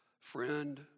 Friend